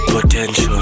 Potential